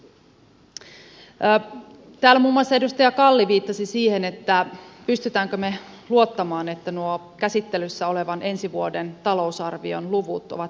täällä muun muassa edustaja kalli viittasi siihen pystymmekö me luottamaan että nuo käsittelyssä olevan ensi vuoden talousarvion luvut ovat paikkansapitäviä